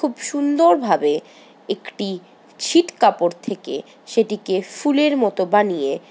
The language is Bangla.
খুব সুন্দরভাবে একটি ছিট কাপড় থেকে সেটিকে ফুলের মতো বানিয়ে